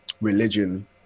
religion